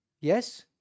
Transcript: Yes